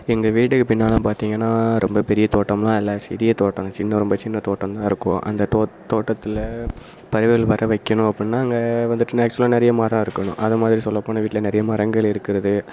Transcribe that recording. எங்கள் வீட்டுக்கு பின்னால் பார்த்திங்கன்னா ரொம்ப பெரிய தோட்டமெலாம் இல்லை சிறிய தோட்டம் சின்ன ரொம்ப சின்ன தோட்டம்தான் இருக்கும் அந்த தோட் தோட்டத்தில் பறவைகள் வரவைக்கணும் அப்படின்னா அங்கே வந்துட்டு நேச்சுரலாக நிறைய மரம் இருக்கணும் அதமாதிரி சொல்லப்போனால் நிறைய மரங்கள் இருக்கிறது